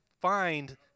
find